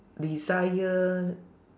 desire